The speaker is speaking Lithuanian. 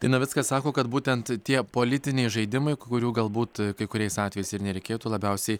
tai navickas sako kad būtent tie politiniai žaidimai kurių galbūt kai kuriais atvejais ir nereikėtų labiausiai